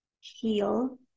heal